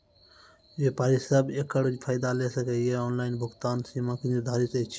व्यापारी सब एकरऽ फायदा ले सकै ये? ऑनलाइन भुगतानक सीमा की निर्धारित ऐछि?